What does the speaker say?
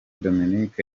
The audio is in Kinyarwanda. dominic